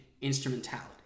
instrumentality